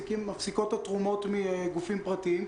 מפסיקות התרומות מגופים פרטיים,